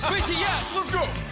bts! let's go!